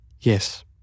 Yes